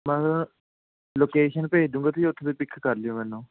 ਮੈਂ ਲੋਕੇਸ਼ਨ ਭੇਜ ਦੂੰਗਾ ਤੁਸੀਂ ਉੱਥੇ ਤੋਂ ਪਿਕ ਕਰ ਲਿਓ ਮੈਨੂੰ